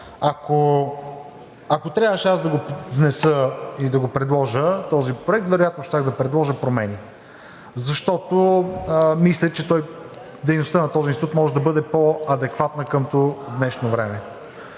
Ако трябваше аз да внеса и да предложа този проект, вероятно щях да предложа промени, защото мисля, че дейността на Института може да бъде по-адекватна към днешно време.